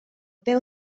peu